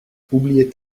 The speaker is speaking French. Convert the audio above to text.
oubliait